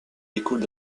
découle